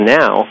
now